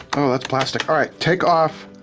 oh, that's plastic, all right. take off